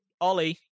Ollie